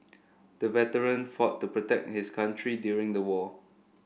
the veteran fought to protect his country during the war